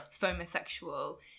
homosexual